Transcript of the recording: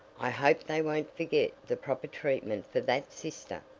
i hope they won't forget the proper treatment for that sister,